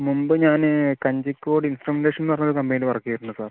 മുമ്പ് ഞാൻ കഞ്ചിക്കോട് ഇൻസ്ട്രുമെൻ്റേഷൻ എന്നു പറഞ്ഞ ഒരു കമ്പനിയിൽ വർക്ക് ചെയ്തിട്ടുണ്ട് സർ